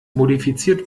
modifiziert